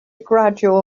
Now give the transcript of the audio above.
gradual